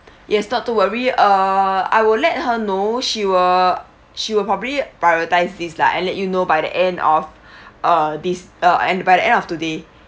yes not to worry err I will let her know she will she will probably prioritise this lah and let you know by the end of uh this uh and by the end of today